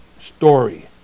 story